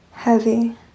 heavy